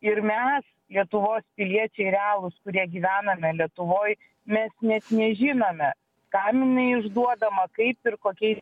ir mes lietuvos piliečiai realūs kurie gyvename lietuvoj mes net nežinome kam jinai išduodama kaip ir kokiais